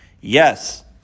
Yes